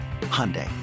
Hyundai